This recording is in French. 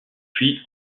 puis